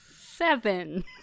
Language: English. Seven